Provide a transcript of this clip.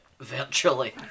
virtually